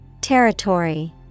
Territory